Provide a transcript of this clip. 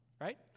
Right